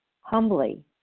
humbly